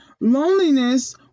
loneliness